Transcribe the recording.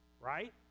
Right